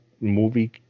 movie